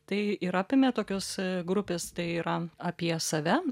tai ir apėmė tokius grupės tai yra apie save